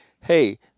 Hey